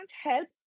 help